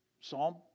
Psalm